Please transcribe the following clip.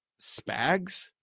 Spags